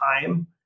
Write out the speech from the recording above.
time